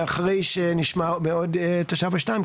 ואחרי שנשמע עוד תושב או שניים,